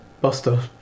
Buster